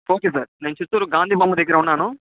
okay sir నేను చిత్తూరు గాంధీ బొమ్మ దగ్గిర ఉన్నాను